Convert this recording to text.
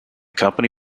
company